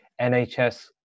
NHS